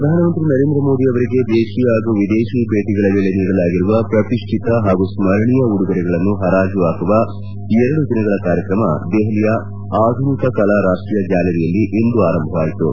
ಪ್ರಧಾನಮಂತ್ರಿ ನರೇಂದ್ರ ಮೋದಿ ಅವರಿಗೆ ದೇತೀಯ ಹಾಗೂ ವಿದೇತಿ ಭೇಟಿಗಳ ವೇಳೆ ನೀಡಲಾಗಿರುವ ಪ್ರತಿಷ್ಠಿತ ಹಾಗೂ ಸ್ತರಣೀಯ ಉಡುಗೊರೆಗಳನ್ನು ಹರಾಜು ಹಾಕುವ ಎರಡು ದಿನಗಳ ಕಾರ್ಯಕ್ರಮ ದೆಹಲಿಯ ಆಧುನಿಕ ಕಲೆ ರಾಷ್ಷೀಯ ಗ್ಞಾಲರಿಯಲ್ಲಿ ಇಂದು ಆರಂಭವಾಯಿತು